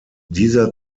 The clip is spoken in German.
dieser